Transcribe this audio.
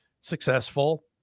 successful